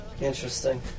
Interesting